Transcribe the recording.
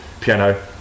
piano